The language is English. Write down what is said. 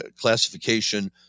classification